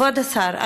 כבוד השר,